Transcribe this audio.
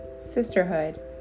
sisterhood